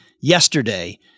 yesterday